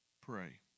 Pray